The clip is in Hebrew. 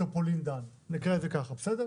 ממטרופולין דן, נקרא לזה ככה בסדר?